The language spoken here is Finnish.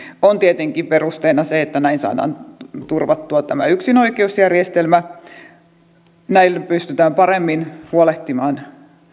on tietenkin perusteena se että näin saadaan turvattua tämä yksinoikeusjärjestelmä näin pystytään paremmin huolehtimaan